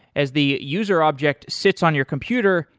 as the user object sits on your computer,